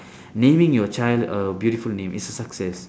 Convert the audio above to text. naming your child a beautiful name it's a success